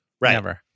Right